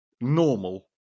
normal